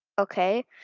Okay